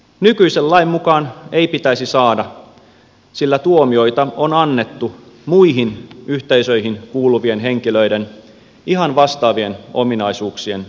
nykyisen lain mukaan ei pitäisi saada sillä tuomioita on annettu muihin yhteisöihin kuuluvien henkilöiden ihan vastaavien ominaisuuksien julki tuomisesta